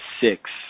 six